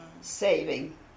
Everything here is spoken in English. saving